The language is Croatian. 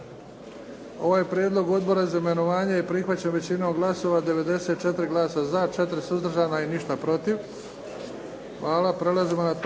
Ovaj prijedlog Odbora za imenovanje je prihvaćen većinom glasova, 94 glasa za, 4 suzdržana i ništa protiv. Hvala. **Bebić, Luka